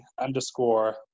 underscore